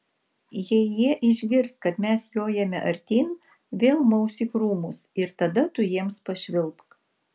jei jie išgirs kad mes jojame artyn vėl maus į krūmus ir tada tu jiems pašvilpk